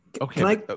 Okay